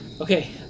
Okay